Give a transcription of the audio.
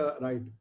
right